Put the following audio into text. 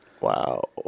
Wow